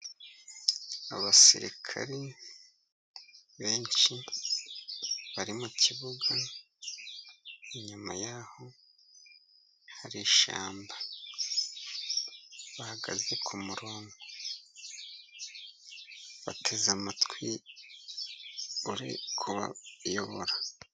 Abasirikari benshi bari mu kibuga inyuma yaho harishyamba, bahagaze ku umurongo bateze amatwi uri kubayobora.